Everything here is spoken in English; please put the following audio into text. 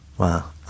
Wow